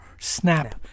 SNAP